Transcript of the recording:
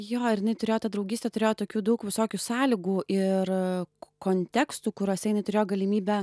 jo ir jinai turėjo ta draugystė turėjo tokių daug visokių sąlygų ir kontekstų kuriuose jinai turėjo galimybę